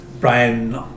Brian